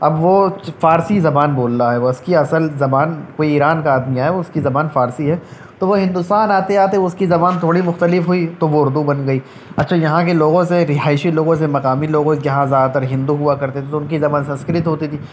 اب وہ فارسی زبان بول رہا ہے وہ اس كى اصل زبان کوئی ايران كا آدمى آئے اس کی زبان فارسی ہے تو وہ ہندوستان آتے آتے اس کی زبان تھوڑی مختلف ہوئی تو وہ اردو بن گئی اچھا یہاں کے لوگوں سے رہائشی لوگوں سے مقامی لوگوں جہاں زیادہ تر ہندو ہوا کرتے تھے تو ان کی زبان سنسکرت ہوتی تھی